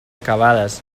acabades